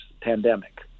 pandemic